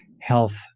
health